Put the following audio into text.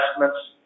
investments